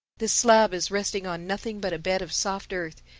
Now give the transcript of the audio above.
this slab is resting on nothing but a bed of soft earth.